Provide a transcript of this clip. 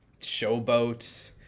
showboats